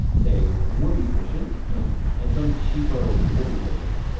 say, whoopee cushion and some cheapo whoopee cushion.